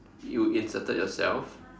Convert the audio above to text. you inserted yourself